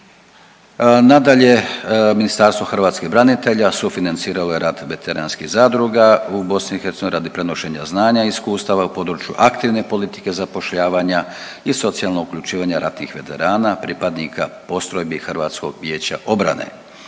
Nadalje, Ministarstvo hrvatskih branitelja sufinancirao je rad veteranskih zadruga u BiH radi prenošenja znanja i iskustava u području aktivne politike zapošljavanja i socijalnog uključivanja ratnih veterana, pripadnika postrojbi HVO-a. U okviru